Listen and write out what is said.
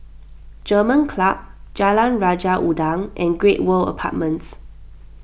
German Club Jalan Raja Udang and Great World Apartments